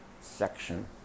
section